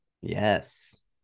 yes